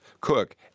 Cook